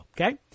okay